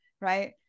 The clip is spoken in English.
Right